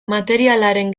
materialaren